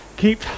keep